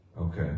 Okay